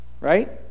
right